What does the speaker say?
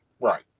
Right